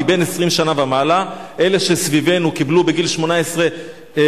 "מבן עשרים שנה ומעלה" אלה שסביבנו קיבלו בגיל 18 שני